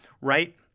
right